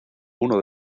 uno